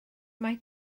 mae